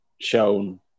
shown